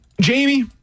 Jamie